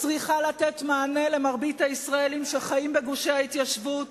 צריכה לתת מענה למרבית הישראלים שחיים בגושי ההתיישבות